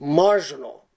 marginal